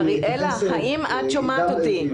אריאלה, האם את שומעת אותי?